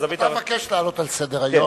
אתה מבקש להעלות על סדר-היום,